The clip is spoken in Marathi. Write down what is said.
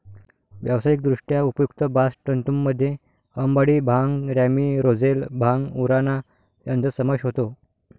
व्यावसायिकदृष्ट्या उपयुक्त बास्ट तंतूंमध्ये अंबाडी, भांग, रॅमी, रोझेल, भांग, उराणा यांचा समावेश होतो